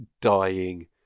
dying